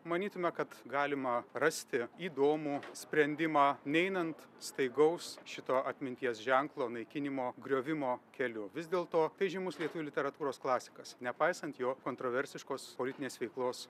manytume kad galima rasti įdomų sprendimą neinant staigaus šito atminties ženklo naikinimo griovimo keliu vis dėlto tai žymus lietuvių literatūros klasikas nepaisant jo kontroversiškos politinės veiklos